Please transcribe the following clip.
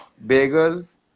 Beggars